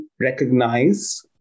recognize